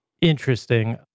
interesting